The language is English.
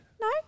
No